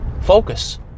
Focus